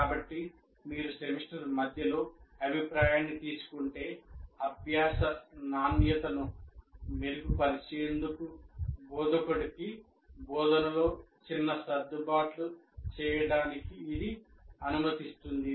కాబట్టి మీరు సెమిస్టర్ మధ్యలో అభిప్రాయాన్ని తీసుకుంటే అభ్యాస నాణ్యతను మెరుగుపరిచేందుకు బోధకుడికి బోధనలో చిన్న సర్దుబాట్లు చేయడానికి ఇది అనుమతిస్తుంది